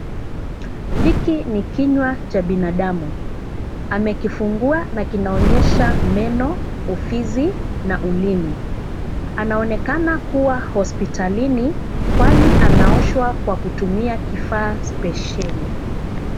Hiki ni kinywa cha binadamu. Amekifungua na kinaonyesha meno, ufizi na ulimi. Anaonekana kuwa hospitalini kwani anaoshwa kwa kutumia kifaa spesheli.